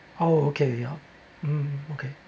oh okay ya mmhmm okay